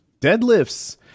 deadlifts